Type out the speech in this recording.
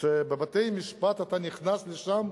שבבתי-משפט אתה נכנס לשם,